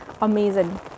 amazing